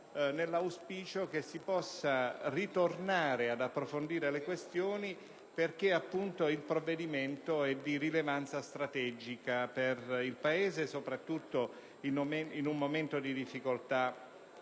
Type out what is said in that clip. nell'auspicio che si possa tornare ad approfondirle visto che il provvedimento è di rilevanza strategica per il Paese, soprattutto in un momento di difficoltà